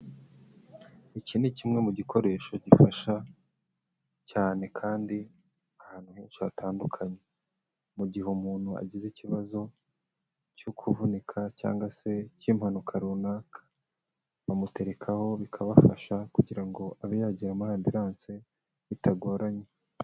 Iki ni kimwe mu gikoresho gifasha cyane kandi ahantu henshi hatandukanye, mu gihe umuntu agize ikibazo cyo kuvunika cyangwa se cy'impanuka runaka, bamuterekaho bikabafasha kugira ngo abe yagera muri Ambulance bitagoranye.